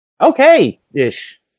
okay-ish